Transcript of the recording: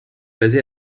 basé